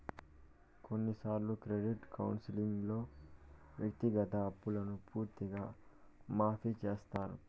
కొన్నిసార్లు క్రెడిట్ కౌన్సిలింగ్లో వ్యక్తిగత అప్పును పూర్తిగా మాఫీ చేత్తారు